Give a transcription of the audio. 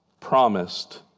promised